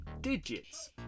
digits